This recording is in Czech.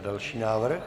Další návrh.